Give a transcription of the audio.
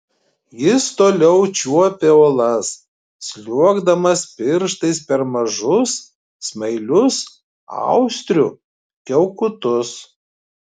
jis toliau čiuopė uolas sliuogdamas pirštais per mažus smailius austrių kiaukutus